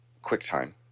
QuickTime